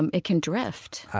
and it can drift.